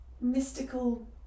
mystical